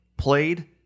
played